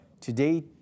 Today